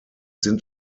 sind